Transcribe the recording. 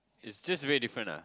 it's just very different ah